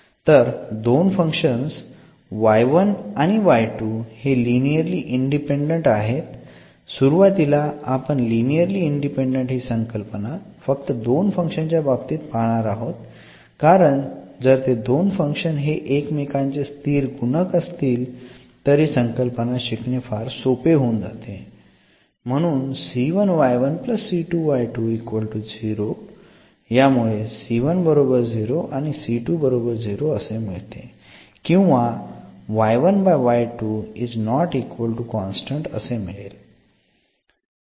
तर दोन फंक्शन आणि हे लिनिअरली इंडिपेंडंट आहेत सुरुवातीला आपण लिनिअरली इंडिपेंडंट हि संकल्पना फक्त दोन फंक्शन च्या बाबतीत पाहणार आहोत कारण जर ते दोन फंक्शन हे एकमेकांचे स्थिर गुणक असतील तर हि संकल्पना शिकणे फार सोपे होऊन जाते